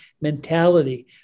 mentality